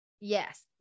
yes